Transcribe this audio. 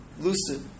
lucid